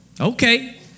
Okay